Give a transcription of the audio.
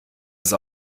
ist